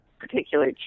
particular